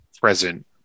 present